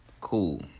Cool